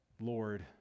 Lord